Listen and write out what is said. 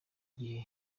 gihe